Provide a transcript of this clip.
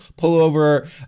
pullover